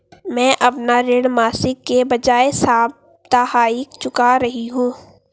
मैं अपना ऋण मासिक के बजाय साप्ताहिक चुका रही हूँ